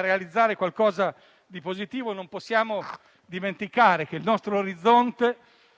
realizzare qualcosa di positivo, non possiamo dimenticare che il nostro orizzonte